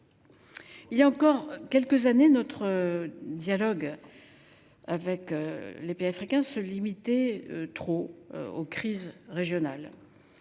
Il y a encore quelques années, notre dialogue avec les pays de ce continent se limitait encore trop aux crises régionales